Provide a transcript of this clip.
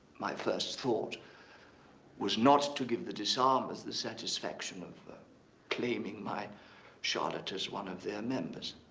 my first thought was not to give the disarmers the satisfaction of claiming my charlotte as one of their members